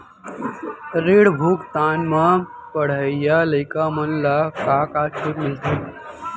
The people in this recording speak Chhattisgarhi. ऋण भुगतान म पढ़इया लइका मन ला का का छूट मिलथे?